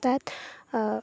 তাত